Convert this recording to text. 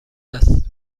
است